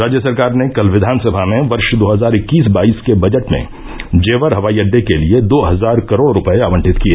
राज्य सरकार ने कल विधानसभा में वर्ष दो हजार इक्कीस वाईस के बजट में जेवर हवाई अड्डे के लिए दो हजार करोड रुपये आवंटित किए